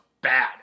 bad